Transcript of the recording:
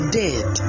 dead